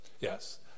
Yes